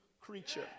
creature